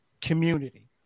community